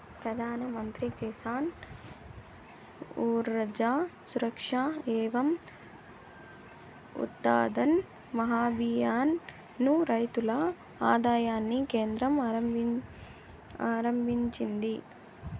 ప్రధాన్ మంత్రి కిసాన్ ఊర్జా సురక్ష ఏవం ఉత్థాన్ మహాభియాన్ ను రైతుల ఆదాయాన్ని కేంద్రం ఆరంభించింది